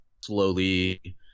slowly